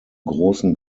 großen